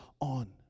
on